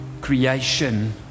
creation